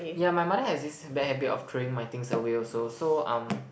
yeah my mother has this bad habit of throwing my things away also so um